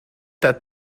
that